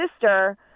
sister